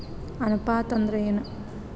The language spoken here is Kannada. ಅನುಪಾತ ಅಂದ್ರ ಏನ್?